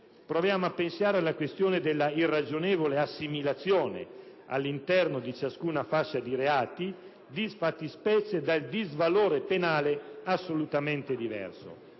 Proviamo a pensare alla questione dell'irragionevole assimilazione all'interno di ciascuna fascia di reati di fattispecie dal disvalore penale assolutamente diverso.